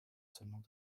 seulement